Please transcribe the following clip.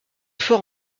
fort